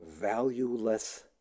valueless